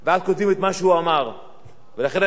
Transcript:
ולכן, אני מקווה, אתה רוצה שנסתום להם את הפה?